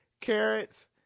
carrots